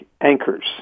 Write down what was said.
anchors